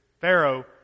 Pharaoh